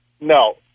No